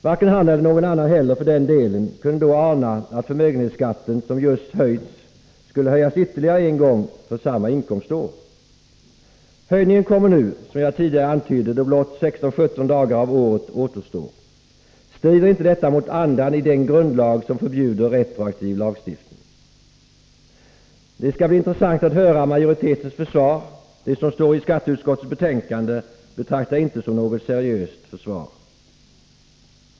Varken han, eller någon annan heller för den delen, kunde då ana att förmögenhetsskatten, som just höjts, skulle höjas ytterligare en gång för samma inkomstår. Höjningen kommer, som jag tidigare antydde, när blott 16 eller 17 dagar av året återstår. Strider inte detta mot andan i den grundlag som förbjuder retroaktiv lagstiftning? Det skall bli intressant att höra majoritetens försvar. Det som står i skatteutskottets betänkande betraktar jag inte som något seriöst försvar.